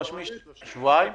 שבועיים?